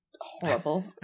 horrible